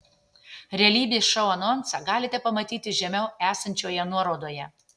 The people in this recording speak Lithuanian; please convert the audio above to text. realybės šou anonsą galite pamatyti žemiau esančioje nuorodoje